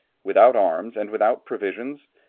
without arms and without provisions,